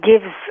gives